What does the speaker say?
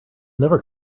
never